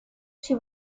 she